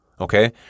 Okay